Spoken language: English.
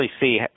see